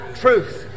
truth